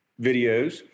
videos